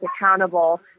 accountable